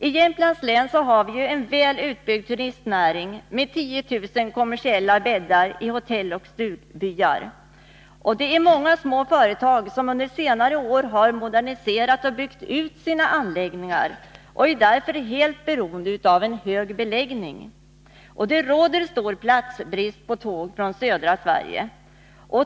I Jämtlands län har vi en väl utbyggd turistnäring med 10 000 kommersiella bäddar på hotell och i stugbyar. Många små företag har under senare år moderniserat och byggt ut sina anläggningar. De är därför helt beroende av hög beläggning. Det råder stor platsbrist på tåg från södra Sverige.